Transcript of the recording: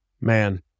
Man